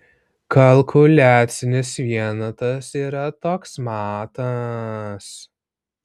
kalkuliacinis vienetas yra toks matas